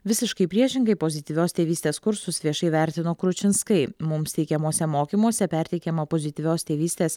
visiškai priešingai pozityvios tėvystės kursus viešai vertino kručinskai mums teikiamuose mokymuose perteikiamą pozityvios tėvystės